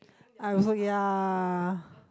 I also ya